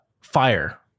fire